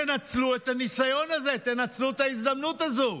תנצלו את הניסיון הזה, תנצלו את ההזדמנות הזו.